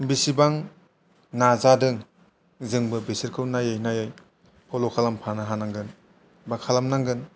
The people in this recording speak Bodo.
बिसिबां नाजादों जोंबो बिसोरखौ नायै नायै फल' खालामफानो हानांगोन बा खालामनांगोन